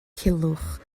culhwch